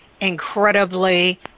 incredibly